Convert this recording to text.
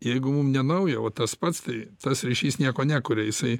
jeigu mum nenauja o tas pats tai tas ryšys nieko nekuria jisai